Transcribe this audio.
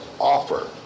offer